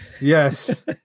Yes